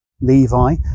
Levi